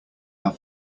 have